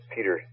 Peter